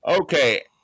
Okay